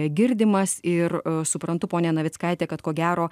girdimas ir suprantu ponia navickaite kad ko gero